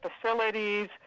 facilities